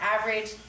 average